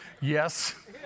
yes